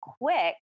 quick